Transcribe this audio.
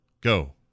go